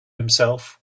himself